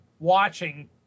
Watching